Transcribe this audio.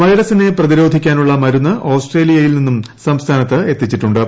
വൈറസിനെ പ്രതിരോധിക്കാനുള്ള മരുന്ന് ഓസ്ട്ട്രേലിയയിൽ നിന്ന് സംസ്ഥാനത്ത് എത്തിച്ചിട്ടു ്